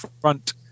front